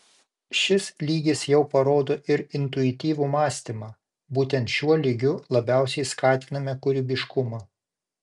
šis lygis jau parodo ir intuityvų mąstymą būtent šiuo lygiu labiausiai skatiname kūrybiškumą